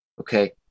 Okay